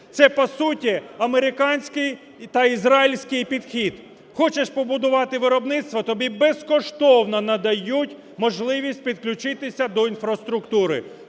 Це по суті американський та ізраїльський підхід: хочеш побудувати виробництво – тобі безкоштовно надають можливість підключитися до інфраструктури.